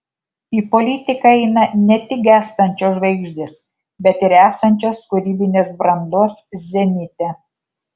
į politiką eina ne tik gęstančios žvaigždės bet ir esančios kūrybinės brandos zenite